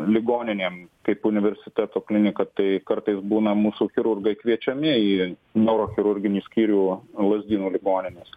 ligoninėm kaip universiteto klinika tai kartais būna mūsų chirurgai kviečiami į neurochirurginį skyrių lazdynų ligoninės